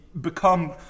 become –